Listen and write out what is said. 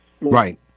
Right